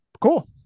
cool